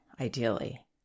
ideally